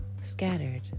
scattered